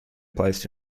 placed